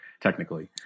technically